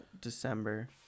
December